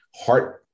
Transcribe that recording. heart